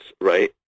right